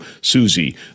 Susie